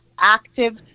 active